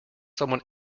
someone